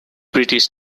british